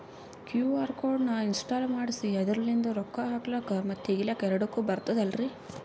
QR code ನ install ಮಾಡೆಸಿ ಅದರ್ಲಿಂದ ರೊಕ್ಕ ಹಾಕ್ಲಕ್ಕ ಮತ್ತ ತಗಿಲಕ ಎರಡುಕ್ಕು ಬರ್ತದಲ್ರಿ?